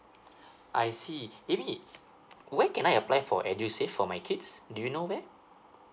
I see amy where can I apply for edusave for my kids do you know where